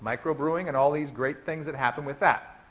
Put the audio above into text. micro brewing and all these great things that happen with that.